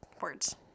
words